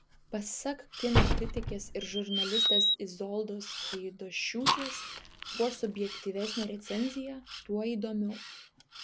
pasak kino kritikės ir žurnalistės izoldos keidošiūtės kuo subjektyvesnė recenzija tuo įdomiau